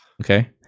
Okay